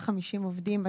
50 עובדים,